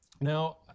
Now